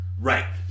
Right